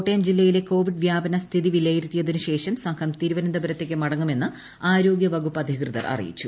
കോട്ടയം ജില്ലയിലെ കോവിഡ് വ്യാപന സ്ഥിതി വിലയിരുത്തിയതിന് ശേഷം സംഘം തിരുവനന്തപുരത്തേക്ക് മടങ്ങുമെന്ന് ആരോഗ്യ വകുപ്പ് അധികൃതർ അറിയിച്ചു